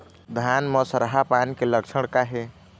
धान म सरहा पान के लक्षण का हे?